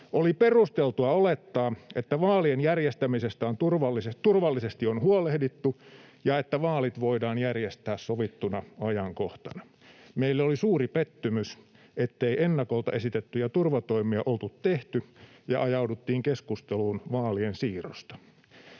Oli perusteltua olettaa, että vaalien järjestämisestä turvallisesti on huolehdittu ja että vaalit voidaan järjestää sovittuna ajankohtana. Meille oli suuri pettymys, ettei ennakolta esitettyjä turvatoimia oltu tehty ja ajauduttiin keskusteluun vaalien siirrosta.